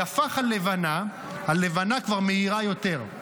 יפה כלבנה" הלבנה כבר מאירה יותר,